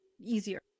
easier